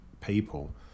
people